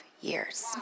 years